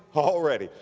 already,